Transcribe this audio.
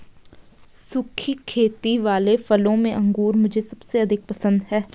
सुखी खेती वाले फलों में अंगूर मुझे सबसे अधिक पसंद है